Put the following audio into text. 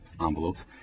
envelopes